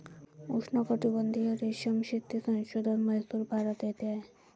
उष्णकटिबंधीय रेशीम शेती संशोधन म्हैसूर, भारत येथे आहे